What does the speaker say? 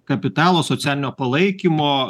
kapitalo socialinio palaikymo